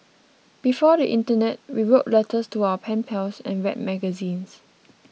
before the internet we wrote letters to our pen pals and read magazines